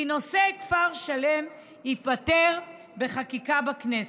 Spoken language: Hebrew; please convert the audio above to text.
כי נושא כפר שלם ייפתר בחקיקה בכנסת.